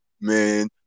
man